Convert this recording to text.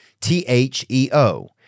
T-H-E-O